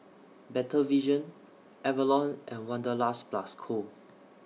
Better Vision Avalon and Wanderlust Plus Co